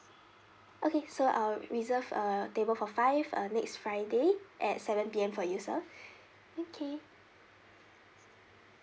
okay so I will reserve a table for five uh next friday at seven P_M for you sir okay